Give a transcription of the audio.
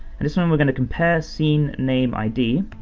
and this one we're gonna compare scene name id,